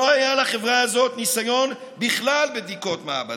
לא היה לחברה הזאת ניסיון בכלל בבדיקות מעבדה,